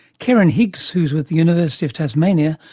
kerryn higgs, who's with the university of tasmania,